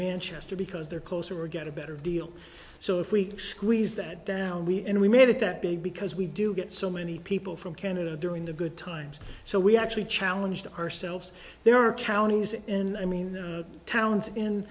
manchester because they're closer or get a better deal so if week squeeze that down we and we made it that big because we do get so many people from canada during the good times so we actually challenged ourselves there are counties and i mean towns in